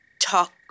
talk